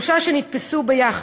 שלושה שנתפסו ביחד,